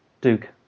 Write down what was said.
Duke